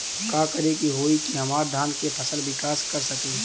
का करे होई की हमार धान के फसल विकास कर सके?